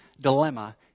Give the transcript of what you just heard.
dilemma